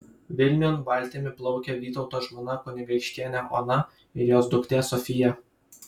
vilniun valtimi plaukia vytauto žmona kunigaikštienė ona ir jos duktė sofija